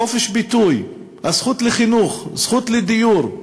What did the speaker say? חופש הביטוי, הזכות לחינוך, זכות לדיור,